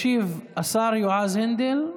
ישיב השר יועז הנדל.